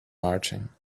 marching